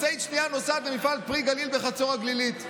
משאית שנייה נוסעת למפעל פרי גליל בחצור הגלילית.